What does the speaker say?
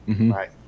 right